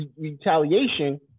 retaliation